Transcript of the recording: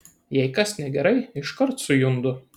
jei kas negerai iškart sujundu